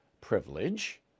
privilege